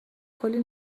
کلی